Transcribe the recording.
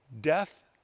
Death